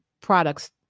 products